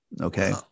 Okay